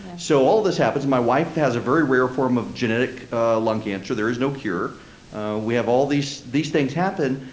so all of this happens, and my wife has a very rare form of genetic lung cancer there is no cure we have all these these things happen,